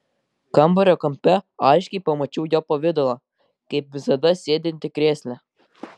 kambario kampe aiškiai pamačiau jo pavidalą kaip visada sėdintį krėsle